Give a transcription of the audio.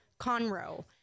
Conroe